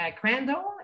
Crandall